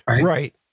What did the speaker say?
Right